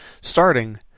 starting